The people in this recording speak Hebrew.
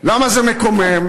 למה זה מקומם?